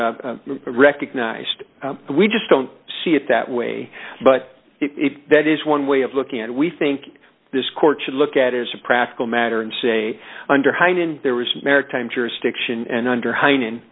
is recognized and we just don't see it that way but if that is one way of looking at it we think this court should look at it as a practical matter and say under hind end there was maritime jurisdiction and under hei